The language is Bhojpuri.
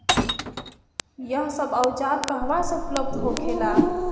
यह सब औजार कहवा से उपलब्ध होखेला?